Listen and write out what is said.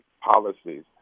policies